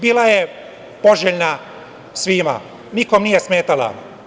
Bila je poželjna svima, nikom nije smetala.